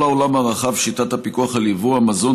העולם הרחב שיטת הפיקוח על יבוא מזון,